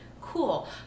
cool